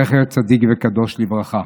זכר צדיק וקדוש לברכה.